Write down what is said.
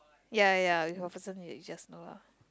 ya ya ya with a person that you just know lah